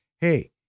hey